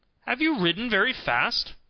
have you ridden very fast?